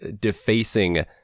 defacing